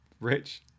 Rich